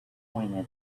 pointed